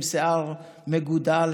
עם שיער מגודל,